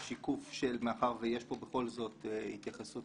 יש פה בכל זאת התייחסות